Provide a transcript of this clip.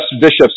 bishops